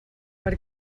per